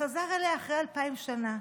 וחזר אליה אחרי אלפיים שנה,